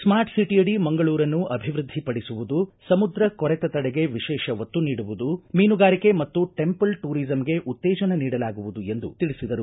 smart ಸಿಟಿಯಡಿ ಮಂಗಳೂರನ್ನು ಅಭಿವೃದ್ದಿ ಪಡಿಸುವುದು ಸಮುದ್ರ ಕೊರೆತ ತಡೆಗೆ ವಿಶೇಷ ಒತ್ತು ನೀಡುವುದು ಮೀನುಗಾರಿಕೆ ಮತ್ತು ಚೆಂಪಲ್ ಟೂರಿಸಂಗೆ ಉತ್ತೇಜನ ನೀಡಲಾಗುವುದು ಎಂದು ತಿಳಿಸಿದರು